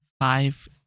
five